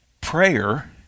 prayer